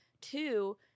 Two